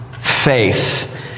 faith